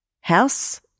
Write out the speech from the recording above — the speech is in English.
house